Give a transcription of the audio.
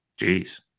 Jeez